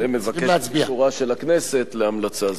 אני אומר, ומבקש את אישורה של הכנסת להמלצה זו.